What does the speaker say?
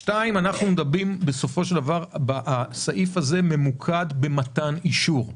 דבר שני, הסעיף הזה ממוקד במתן אישור.